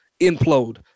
implode